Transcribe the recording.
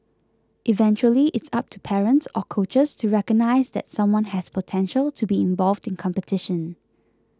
eventually it's up to parents or coaches to recognise that someone has potential to be involved in competition